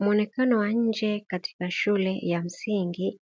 Muonekano wa nje katika shule ya msingi,